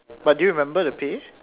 but do you remember the pay